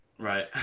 Right